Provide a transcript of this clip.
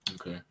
Okay